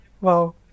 wow